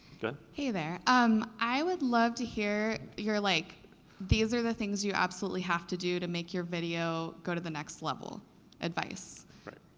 go ahead. hey there, um i would love to hear your, like these are the things you absolutely have to do to make your video go to the next level advice. right.